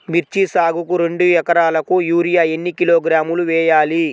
మిర్చి సాగుకు రెండు ఏకరాలకు యూరియా ఏన్ని కిలోగ్రాములు వేయాలి?